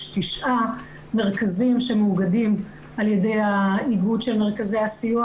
תשעה מרכזים שמאוגדים על ידי האיגוד של מרכזי הסיוע,